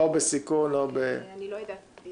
אני לא יודעת.